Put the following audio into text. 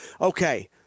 okay